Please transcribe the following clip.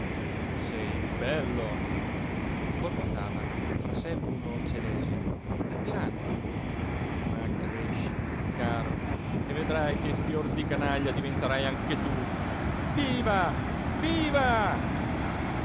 sei bello borbottava fra sé bruno celèsia ammirandolo ma cresci caro e vedrai che fior di canaglia diventerai anche tu viva viva